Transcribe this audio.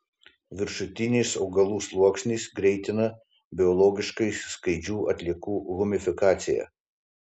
viršutinis augalų sluoksnis greitina biologiškai skaidžių atliekų humifikaciją